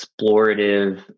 explorative